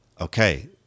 Okay